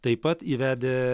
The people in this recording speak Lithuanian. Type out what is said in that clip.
taip pat įvedę